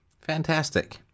Fantastic